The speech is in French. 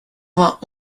vingt